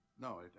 No